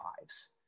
lives